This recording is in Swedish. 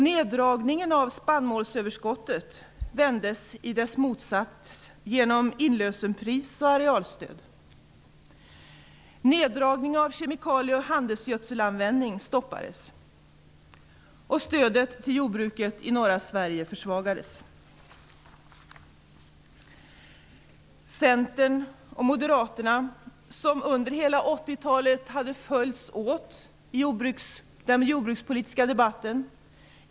Neddragningen av spannmålsöverskottet vändes till det motsatta genom inlösenpris och arealstöd. Centern och Moderaterna följdes under hela 80 talet åt i den jordbrukspolitiska debatten.